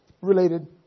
Related